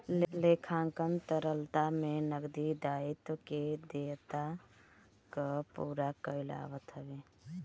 लेखांकन तरलता में नगदी दायित्व के देयता कअ पूरा कईल आवत हवे